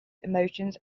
emotions